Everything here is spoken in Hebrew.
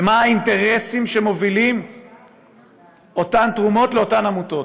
ומה האינטרסים שאותן תרומות מובילות לאותן עמותות,